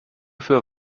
für